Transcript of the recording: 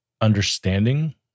understanding